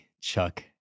chuck